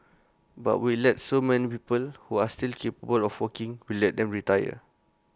but we let so many people who are still capable for working we let them retire